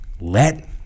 Let